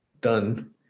done